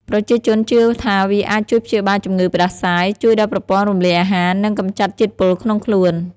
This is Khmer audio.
ប្រជាជនជឿថាវាអាចជួយព្យាបាលជំងឺផ្តាសាយ ជួយដល់ប្រព័ន្ធរំលាយអាហារ និងកម្ចាត់ជាតិពុលក្នុងខ្លួន។